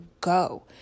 go